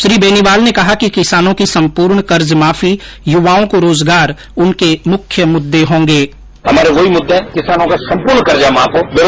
श्री बेनीवाल ने कहा कि किसानों की संपूर्ण कर्जमाफी युवाओं को रोजगार उनके मुख्य मुददे होंगे